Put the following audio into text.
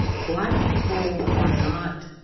black people are not